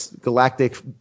Galactic